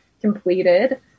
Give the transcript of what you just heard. completed